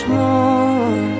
more